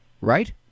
right